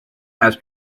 has